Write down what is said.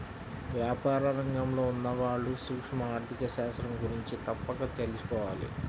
వ్యాపార రంగంలో ఉన్నవాళ్ళు సూక్ష్మ ఆర్ధిక శాస్త్రం గురించి తప్పక తెలుసుకోవాలి